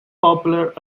popular